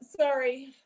sorry